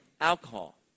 alcohol